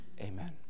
Amen